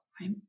right